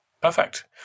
Perfect